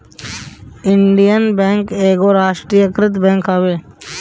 Indian bank एगो राष्ट्रीयकृत bank हवे